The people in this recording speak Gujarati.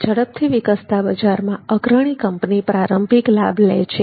ઝડપથી વિકસતા બજારમાં અગ્રણી કંપની પ્રારંભિક લાભ લે છે